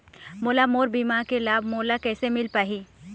मोला मोर बीमा के लाभ मोला किसे मिल पाही?